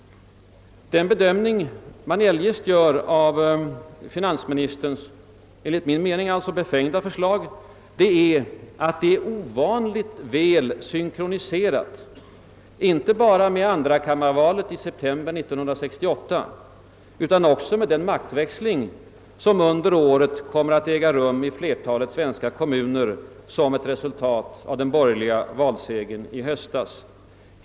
Den bedömning man eljest gör av finansministerns enligt min mening befängda förslag är att det är ovanligt väl synkroniserat inte bara med andrakammarvalet i september 1968 utan också med den maktväxling som under året kommer att äga rum i flertalet svenska kommuner som ett resultat av den borgerliga valsegern i höstas.